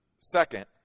second